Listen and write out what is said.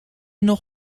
nog